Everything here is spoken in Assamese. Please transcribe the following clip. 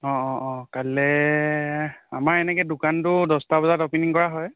অঁ অঁ অঁ কাইলৈ আমাৰ এনে দোকানটো দহটা বজাৰ অ'পেনিং কৰা হয়